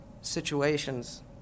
situations